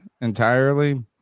entirely